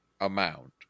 amount